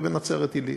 ובנצרת-עילית,